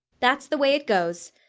that's the way it goes!